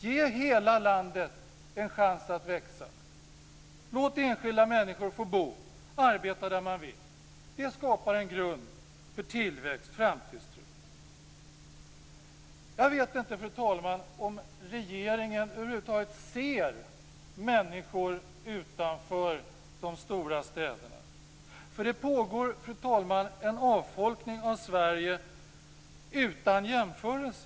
Ge hela landet en chans att växa! Låt enskilda människor få bo och arbeta där de vill! Det skapar en grund för tillväxt och framtidstro. Fru talman! Jag vet inte om regeringen över huvud taget ser människor utanför de stora städerna. Det pågår en avfolkning av Sverige som är utan jämförelse.